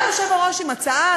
בא היושב-ראש עם הצעה,